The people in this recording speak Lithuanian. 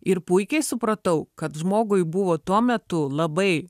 ir puikiai supratau kad žmogui buvo tuo metu labai